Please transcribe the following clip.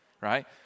right